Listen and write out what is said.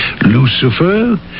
Lucifer